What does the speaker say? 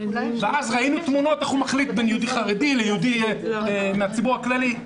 ואז ראינו צילומים איך הוא מחליט בין יהודי חרדי ליהודי מהציבור הכללי.